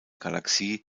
galaxie